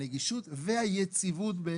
הנגישות והיציבות.